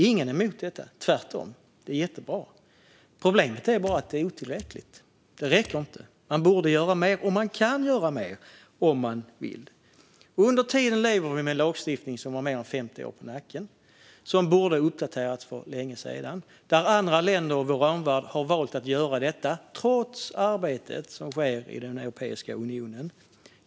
Ingen är emot det - tvärtom. Det är jättebra. Problemet är bara att det är otillräckligt. Man borde göra mer, och man kan göra mer om man vill. Under tiden lever vi med en lagstiftning som har mer än 50 år på nacken och som borde ha uppdaterats för länge sedan. Andra länder i vår omvärld har valt att göra det, trots arbetet som sker i Europeiska unionen.